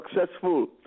successful